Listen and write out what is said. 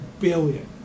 billion